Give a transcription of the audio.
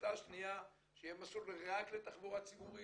החלטה נוספת, שיהיה מסלול רק לתחבורה ציבורית